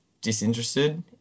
disinterested